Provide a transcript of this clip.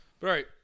right